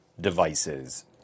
devices